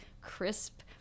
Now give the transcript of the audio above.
crisp